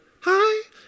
Hi